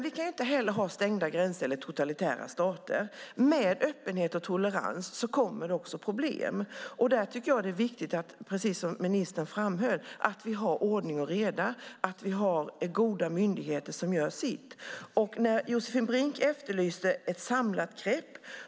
Vi kan inte ha stängda gränser eller totalitära stater, men med öppenhet och tolerans kommer också problem. Det är viktigt att vi har ordning och reda och att vi har goda myndigheter som gör sitt, precis som ministern framhöll. Josefin Brink efterlyste ett samlat grepp.